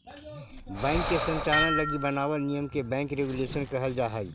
bank के संचालन लगी बनावल नियम के बैंक रेगुलेशन कहल जा हइ